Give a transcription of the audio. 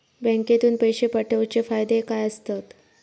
बँकेतून पैशे पाठवूचे फायदे काय असतत?